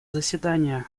заседания